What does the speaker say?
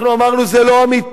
אנחנו אמרנו: זה לא אמיתי.